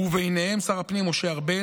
וביניהם שר הפנים משה ארבל.